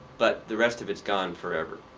but the rest of its gone forever.